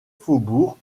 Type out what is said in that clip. faubourg